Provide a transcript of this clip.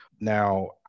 Now